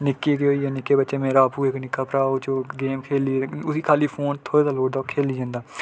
निक्के केह् होई ए निक्के बच्चे मेरा आपूं इक निक्का भ्राऽ ऐ इक गेम खेली उसी खाली फोन थ्होंना लोड़दा खेली जंदा